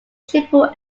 triple